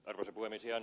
ihan lyhyesti